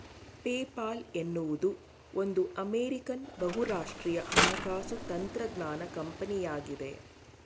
PayPal ಎನ್ನುವುದು ಒಂದು American ಬಹುರಾಷ್ಟ್ರೀಯ ಹಣಕಾಸು ತಂತ್ರಜ್ಞಾನ ಕಂಪನಿಯಾಗಿದೆ